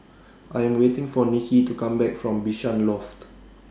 I Am waiting For Nicky to Come Back from Bishan Loft